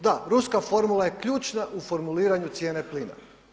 Da, ruska formula je ključna u formuliranju cijene plina.